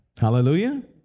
Hallelujah